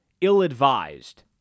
ill-advised